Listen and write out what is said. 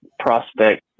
prospect